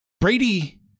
Brady